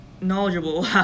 knowledgeable